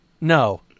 No